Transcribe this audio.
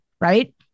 right